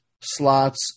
slots